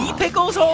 pickles?